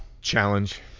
Challenge